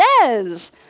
says